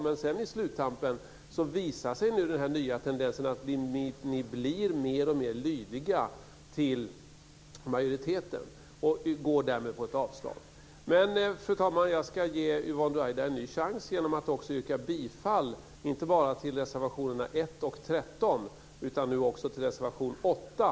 Men sedan i sluttampen visade sig den nya tendensen att ni blir alltmer lydiga och följer majoriteten och därmed yrkar på ett avslag. Fru talman! Jag ska ge Yvonne Ruwaida en ny chans genom att yrka bifall inte bara till reservationerna 1 och 13 utan nu också till reservation 8.